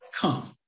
come